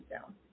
down